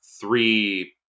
three